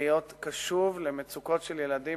להיות קשוב למצוקות של ילדים,